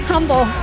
Humble